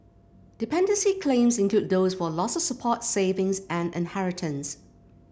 dependency claims include those for loss of support savings and inheritance